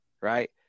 right